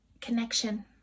Connection